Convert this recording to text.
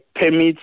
permits